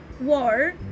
war